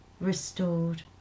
restored